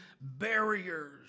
barriers